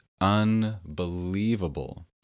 unbelievable